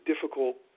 difficult